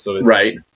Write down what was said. Right